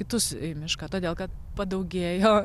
kitus į mišką todėl kad padaugėjo